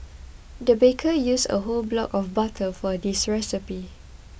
the baker used a whole block of butter for this recipe